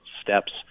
steps